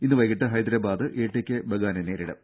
ഇന്ന് വൈകീട്ട് ഹൈദരാബാദ് എടികെ ബഗാനെ നേരിടും